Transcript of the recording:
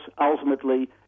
ultimately